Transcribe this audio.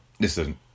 Listen